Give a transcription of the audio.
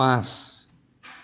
পাঁচ